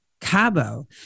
Cabo